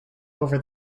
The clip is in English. over